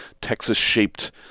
Texas-shaped